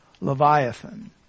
Leviathan